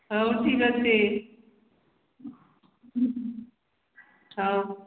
ହଉ ଠିକ୍ ଅଛି ହଉ